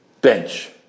Bench